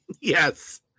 Yes